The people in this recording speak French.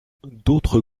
d’autres